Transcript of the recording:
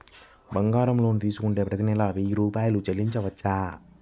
బంగారం లోన్ తీసుకుంటే ప్రతి నెల వెయ్యి రూపాయలు చెల్లించవచ్చా?